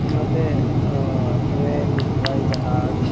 یہاں پہ ٹرین ہوائی جہاز